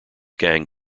gang